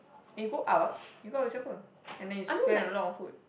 when go out you go out with siapa and then you spend a lot on food